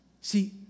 See